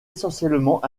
essentiellement